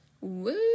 Woo